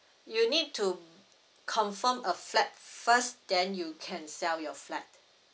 you need to confirm a flat first then you can sell your flat